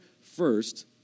first